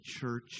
church